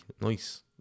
nice